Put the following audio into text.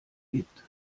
gibt